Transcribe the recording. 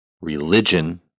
religion